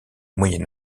moyen